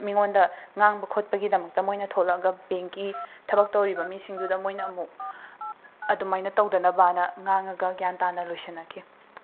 ꯃꯤꯉꯣꯟꯗ ꯉꯥꯡꯕ ꯈꯣꯠꯄꯒꯤꯗꯃꯛꯇ ꯃꯣꯏꯅ ꯊꯣꯛꯂꯛꯂꯒ ꯕꯦꯡꯛꯀꯤ ꯊꯕꯛ ꯇꯧꯔꯤꯕ ꯃꯤꯁꯤꯡꯗꯨꯗ ꯃꯣꯏꯅ ꯑꯃꯨꯛ ꯑꯗꯨꯃꯥꯏꯅ ꯇꯧꯗꯅꯕ ꯍꯥꯏꯅ ꯉꯥꯡꯂꯒ ꯒ꯭ꯌꯥꯟ ꯇꯥꯅ ꯂꯣꯏꯁꯤꯟꯅꯈꯤ